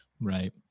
Right